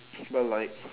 but like